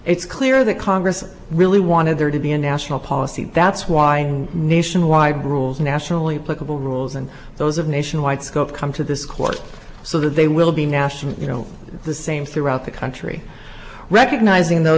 it's clear that congress really wanted there to be a national policy that's why nationwide rules nationally pickable rules and those of nationwide scope come to this court so that they will be national you know the same throughout the country recognizing though